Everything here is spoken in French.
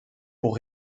pour